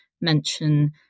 mention